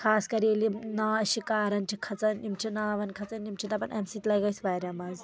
خاص کَر ییٚلہِ یہِ ناو شَکارَن چھِ کھژان یِم چھِ ناوَن کھژان یِم چھِ دَپان اَمہِ سۭتۍ لگہِ اَسہِ واریاہ مَزٕ